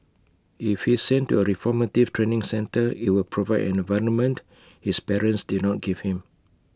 if he's sent to A reformative training centre IT would provide an environment his parents did not give him